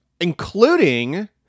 including